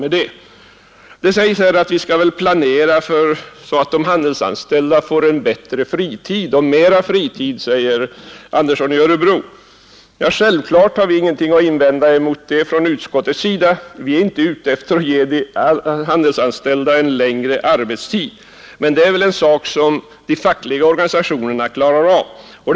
Sedan sade herr Andersson i Örebro att vi skall planera så att de handelsanställda får mera fritid. Ja, självklart har vi från utskottets sida ingenting att invända emot det. Vi är inte ute efter att göra de handelsanställdas arbetstid längre. Det är också en fara som de fackliga organisationerna kan avvärja mycket bra.